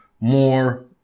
more